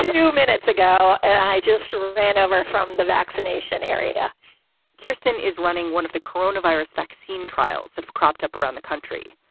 and two minutes ago. and i just ran over from the vaccination area kirsten is running one of the corona virus vaccine trials that have cropped up around the country.